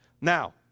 Now